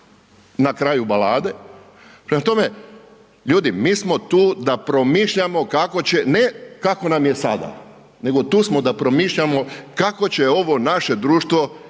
na kraju balade. Prema tome, ljudi, mi smo tu da promišljamo kako će ne kako nam je sada, nego tu smo da promišljamo kako će ovo naše društvo izgledati